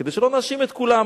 כדי שלא נאשים את כולם.